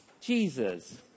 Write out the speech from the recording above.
Jesus